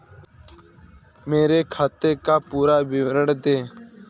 मेरे खाते का पुरा विवरण दे?